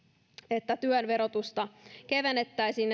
että työn verotusta kevennettäisiin